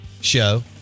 show